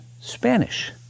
Spanish